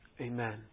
Amen